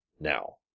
Now